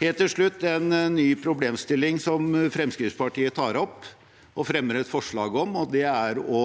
Helt til slutt: En ny problemstilling Fremskrittspartiet tar opp og fremmer forslag om, er det å